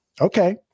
Okay